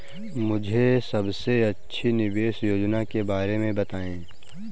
मुझे सबसे अच्छी निवेश योजना के बारे में बताएँ?